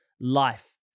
life